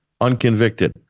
unconvicted